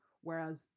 Whereas